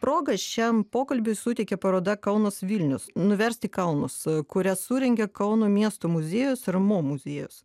progą šiam pokalbiui suteikė paroda kaunas vilnius nuversti kalnus kurią surengė kauno miesto muziejus ir mo muziejus